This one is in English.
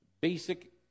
basic